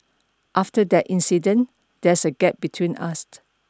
after that incident there's a gap between us